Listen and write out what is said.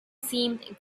seemed